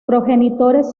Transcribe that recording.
progenitores